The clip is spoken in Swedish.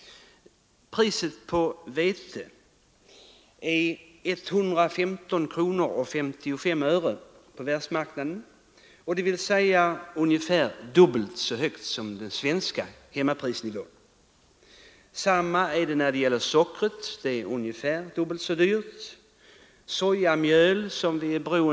Priset på vete är på världsmarknaden 115:55, dvs. ungefär dubbelt så högt som det svenska hemmapriset. Detsamma gäller om sockret; det är ungefär dubbelt så dyrt på världsmarknaden som här hemma.